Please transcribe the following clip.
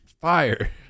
fire